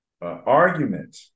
argument